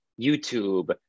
YouTube